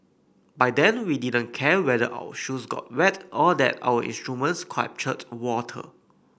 by then we didn't care whether our shoes got wet or that our instruments captured water